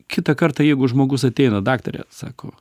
kitą kartą jeigu žmogus ateina daktare sako